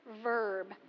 verb